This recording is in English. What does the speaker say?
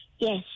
Yes